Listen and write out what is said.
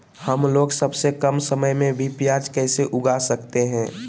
हमलोग सबसे कम समय में भी प्याज कैसे उगा सकते हैं?